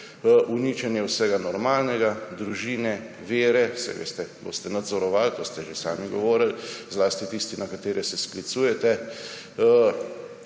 uničenje vsega normalnega: družine, vere − saj veste, boste nadzorovali, to ste že sami govorili, zlasti tisti, na katere se sklicujete